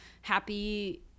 happy